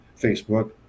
Facebook